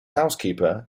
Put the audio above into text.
housekeeper